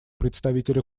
представителя